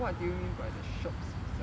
what do you mean by the shops beside